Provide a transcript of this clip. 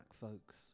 folks